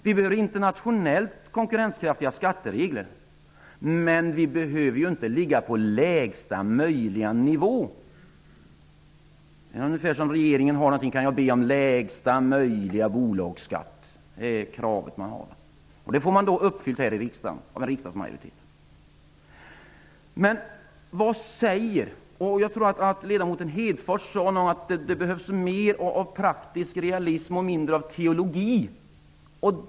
Vi behöver internationellt konkurrenskraftiga skatteregler. Men vi behöver ju inte ligga på lägsta möjliga nivå. Det är ungefär som att regeringen ber om lägsta möjliga bolagsskatt, det är kravet som man har, vilket man får uppfyllt här i riksdagen av en majoritet. Ledamoten Hedfors sade att det behövs mer av praktisk realism och mindre av teologi.